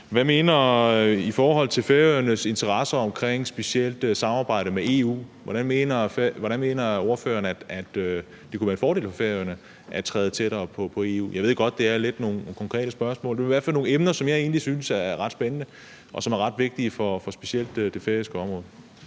her. I forhold til Færøernes interesser omkring specielt samarbejdet med EU vil jeg spørge, hvordan ordføreren mener det kunne være en fordel for Færøerne at træde tættere på EU. Jeg ved godt, at det lidt er nogle konkrete spørgsmål. Men det er i hvert fald nogle emner, som jeg egentlig synes er ret spændende, og som er ret vigtige for specielt det færøske område.